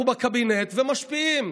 אנחנו בקבינט ומשפיעים.